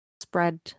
spread